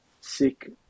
sick